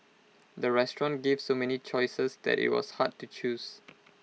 the restaurant gave so many choices that IT was hard to choose